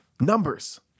numbers